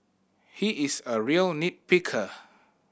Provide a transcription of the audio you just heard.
he is a real nit picker